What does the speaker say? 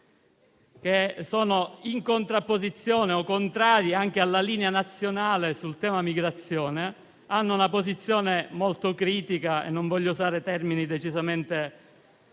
che sono in contrapposizione o contrari alla linea nazionale sul tema migrazione, hanno una posizione molto critica (non voglio usare termini decisamente